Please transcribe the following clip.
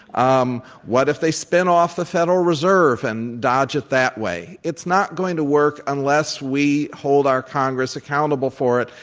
um what if they spin off the federal reserve and dodge it that way? it's not going to work unless we hold our congress accountable for it.